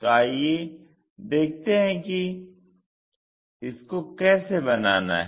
तो आइए देखते हैं कि इसको कैसे बनाना है